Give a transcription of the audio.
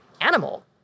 animal